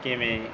ਕਿਵੇਂ